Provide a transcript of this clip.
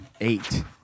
eight